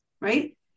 Right